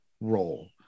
role